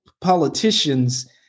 politicians